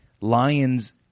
lions